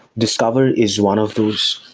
discover is one of those,